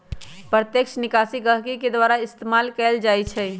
प्रत्यक्ष निकासी गहकी के द्वारा इस्तेमाल कएल जाई छई